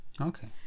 Okay